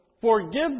forgive